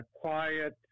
quiet